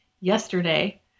yesterday